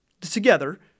together